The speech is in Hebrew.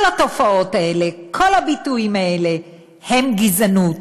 כל התופעות האלה, כל הביטויים האלה הם גזענות.